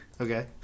Okay